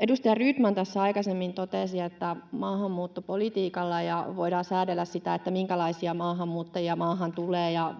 Edustaja Rydman tässä aikaisemmin totesi, että maahanmuuttopolitiikalla voidaan säädellä sitä, minkälaisia maahanmuuttajia maahan tulee, ja